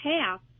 half